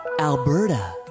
Alberta